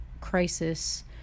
crisis